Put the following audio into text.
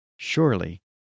Surely